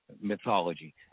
mythology